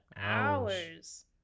hours